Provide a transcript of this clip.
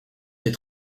des